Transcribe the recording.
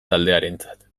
taldearentzat